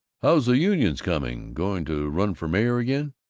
how's the unions coming? going to run for mayor again?